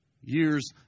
Years